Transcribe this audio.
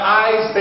eyes